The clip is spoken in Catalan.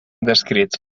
descrits